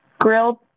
Grilled